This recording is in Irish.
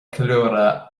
ceiliúradh